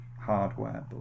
hardware